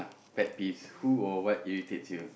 pet peeves who are what irritates you